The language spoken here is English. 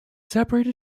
separated